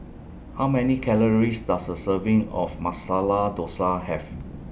How Many Calories Does A Serving of Masala Dosa Have